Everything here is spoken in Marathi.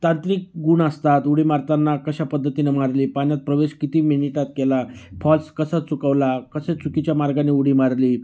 तांत्रिक गुण असतात उडी मारताना कशा पद्धतीनं मारली पाण्यात प्रवेश किती मिनिटात केला फॉल्स कसा चुकवला कसे चुकीच्या मार्गाने उडी मारली